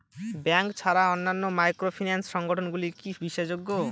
Bank ছাড়া অন্যান্য microfinance সংগঠন গুলি কি বিশ্বাসযোগ্য?